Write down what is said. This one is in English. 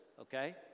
okay